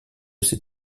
ses